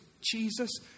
Jesus